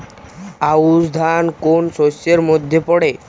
আউশ ধান কোন শস্যের মধ্যে পড়ে?